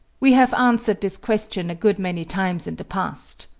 we have answered this question a good many times in the past.